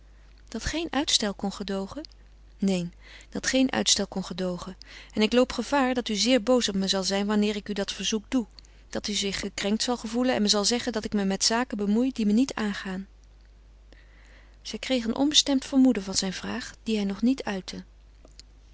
dat geen uitstel kon gedoogen neen dat geen uitstel kon gedoogen en ik loop gevaar dat u zeer boos op me zal zijn wanneer ik u dat verzoek doe dat u zich gekrenkt zal gevoelen en me zal zeggen dat ik me met zaken bemoei die me niet aangaan zij kreeg een onbestemd vermoeden van zijn vraag die hij nog niet uitte